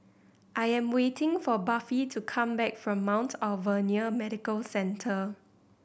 I am waiting for Buffy to come back from Mount Alvernia Medical Centre